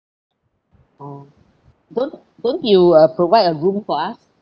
oh don't don't you uh provide a room for us